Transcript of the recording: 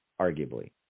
arguably